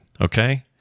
okay